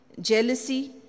jealousy